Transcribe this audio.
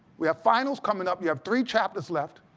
we have finals coming up, you have three chapters left.